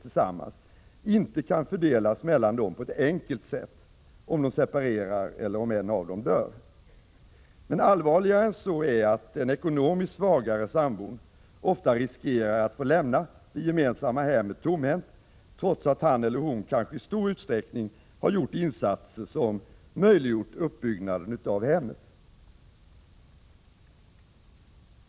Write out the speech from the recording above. inte kan fördelas mellan dem på ett enkelt sätt, om de separerar eller en av dem dör. Men allvarligare än så är det att den ekonomiskt svagare sambon ofta riskerar att få lämna det gemensamma hemmet tomhänt, trots att han eller hon kanske i stor utsträckning har gjort insatser som möjliggjort uppbyggnaden av hemmet.